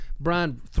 Brian